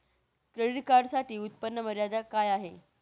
Credit कार्डसाठी उत्त्पन्न मर्यादा काय आहे?